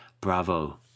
Bravo